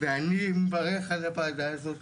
ואני מברך על הוועדה הזאת,